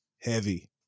heavy